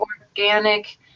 organic